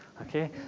Okay